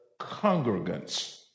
congregants